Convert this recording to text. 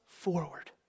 forward